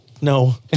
No